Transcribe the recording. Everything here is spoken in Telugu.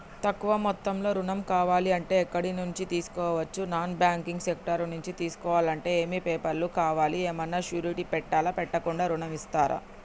తక్కువ మొత్తంలో ఋణం కావాలి అంటే ఎక్కడి నుంచి తీసుకోవచ్చు? నాన్ బ్యాంకింగ్ సెక్టార్ నుంచి తీసుకోవాలంటే ఏమి పేపర్ లు కావాలి? ఏమన్నా షూరిటీ పెట్టాలా? పెట్టకుండా ఋణం ఇస్తరా?